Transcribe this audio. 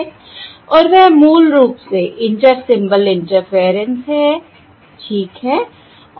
और वह मूल रूप से इंटर सिंबल इंटरफेयरेंस है ठीक है